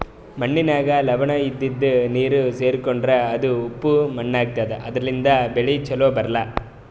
ಮಣ್ಣಿನಾಗ್ ಲವಣ ಇದ್ದಿದು ನೀರ್ ಸೇರ್ಕೊಂಡ್ರಾ ಅದು ಉಪ್ಪ್ ಮಣ್ಣಾತದಾ ಅದರ್ಲಿನ್ಡ್ ಬೆಳಿ ಛಲೋ ಬರ್ಲಾ